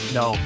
no